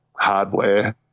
hardware